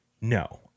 no